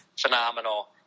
phenomenal